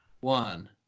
one